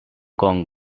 kong